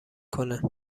کنه